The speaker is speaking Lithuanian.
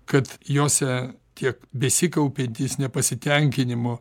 kad jose tie besikaupiantys nepasitenkinimo